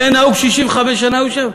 שהיה נהוג 65 שנה, הוא יושב,